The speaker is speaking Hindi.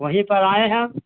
वही पर आएं हैं